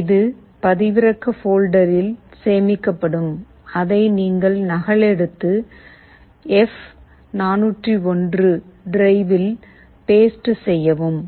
இது பதிவிறக்க ஃபோல்டரில் சேமிக்கப்படும் அதை நீங்கள் நகலெடுத்து எப்401 டிரைவ் இல் பேஸ்ட் செய்யவும்